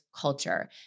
culture